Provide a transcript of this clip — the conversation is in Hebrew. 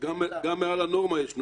גם מעל הנורמה יש נורמה.